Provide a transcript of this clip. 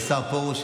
השר פרוש,